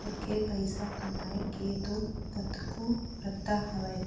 करके पइसा कमाए के तो कतको रद्दा हवय